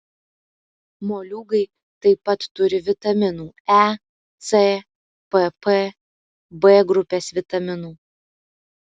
moliūgai taip pat turi vitaminų e c pp b grupės vitaminų